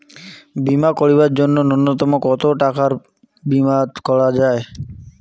বীমা করিবার জন্য নূন্যতম কতো টাকার বীমা করা যায়?